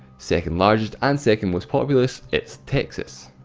second largest and second most populous it's texas.